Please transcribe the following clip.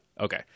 okay